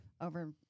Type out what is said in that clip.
over